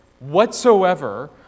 Whatsoever